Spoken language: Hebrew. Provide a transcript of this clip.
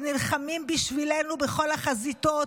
שנלחמים בשבילנו בכל החזיתות,